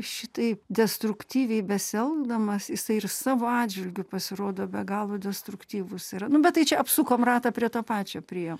šitaip destruktyviai besielgdamas jisai ir savo atžvilgiu pasirodo be galo destruktyvus yra nu bet tai čia apsukom ratą prie to pačio priėjo